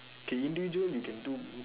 okay individual you can do